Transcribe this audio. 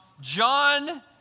John